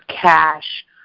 cash